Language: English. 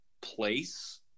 place